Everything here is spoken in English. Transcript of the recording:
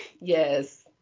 Yes